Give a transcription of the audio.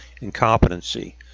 incompetency